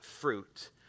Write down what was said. fruit